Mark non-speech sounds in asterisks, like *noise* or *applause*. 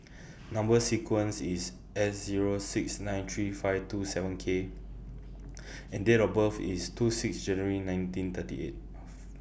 Number sequence IS S Zero six nine three five two seven K *noise* and Date of birth IS two six January nineteen thirty eight